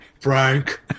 Frank